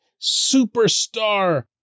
superstar